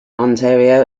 ontario